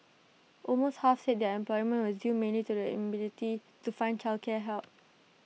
almost half said their unemployment was due mainly to the inability to find childcare help